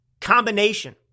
combination